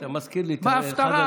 בהפטרה,